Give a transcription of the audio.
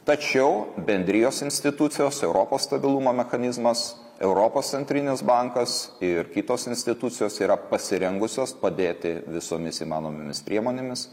tačiau bendrijos institucijos europos stabilumo mechanizmas europos centrinis bankas ir kitos institucijos yra pasirengusios padėti visomis įmanomomis priemonėmis